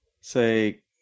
say